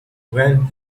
when